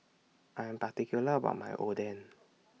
I Am particular about My Oden